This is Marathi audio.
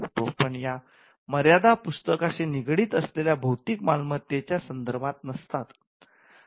पण या मर्यादा पुस्तकांशी निगडित असलेल्या भौतिक मालमत्त्तेच्या संदर्भात नसतात